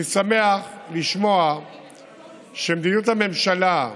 אני שמח לשמוע שמדיניות הממשלה,